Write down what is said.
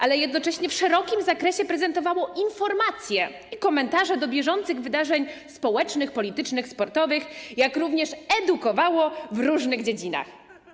ale jednocześnie w szerokim zakresie prezentowało informacje i komentarze do bieżących wydarzeń społecznych, politycznych, sportowych, jak również edukowało w różnych dziedzinach.